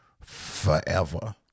forever